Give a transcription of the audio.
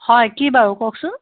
হয় কি বাৰু কওকচোন